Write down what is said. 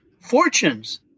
fortunes